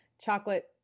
chocolate